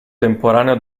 temporaneo